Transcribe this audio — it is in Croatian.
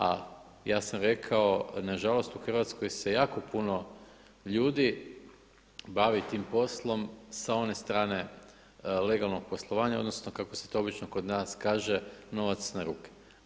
A ja sam rekao, na žalost u Hrvatskoj se jako puno ljudi bavi tim poslom sa one strane legalnog poslovanja, odnosno kako se to obično kod nas kaže novac na ruke.